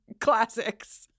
classics